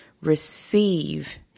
receive